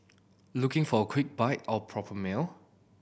looking for a quick bite or a proper meal